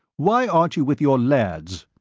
why aren't you with your lads?